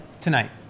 Tonight